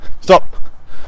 Stop